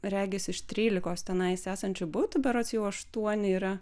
regis iš trylikos tenais esančių butų berods jau aštuoni yra